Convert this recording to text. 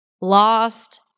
lost